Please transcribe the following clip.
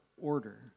order